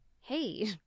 hey